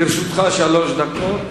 לרשותך שלוש דקות.